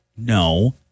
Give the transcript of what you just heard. No